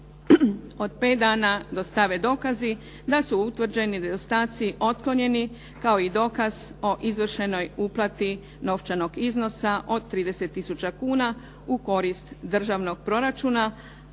od 5 dana dostave dokazi da su utvrđeni nedostaci otklonjeni kao i dokaz o izvršenoj uplati novčanog iznosa od 30 tisuća kuna u korist državnog proračuna